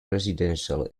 residential